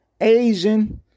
Asian